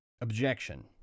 objection